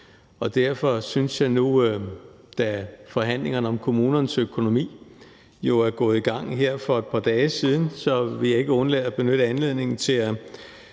Og derfor vil jeg nu, hvor forhandlingerne om kommunernes økonomi jo er gået i gang her for et par dage siden, ikke undlade at benytte anledningen til at